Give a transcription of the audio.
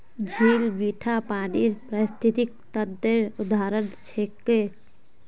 झील मीठा पानीर पारिस्थितिक तंत्रेर उदाहरण छिके